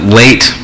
late